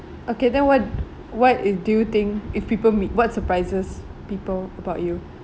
okay then what what i~ do you think if people meet what surprises people about you